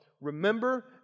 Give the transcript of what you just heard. Remember